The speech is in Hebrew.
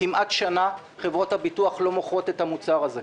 כמעט שנה חברות הביטוח לא מוכרות את המוצר הזה,